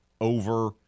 over